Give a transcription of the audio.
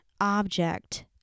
object